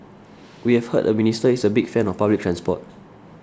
we have heard the minister is a big fan of public transport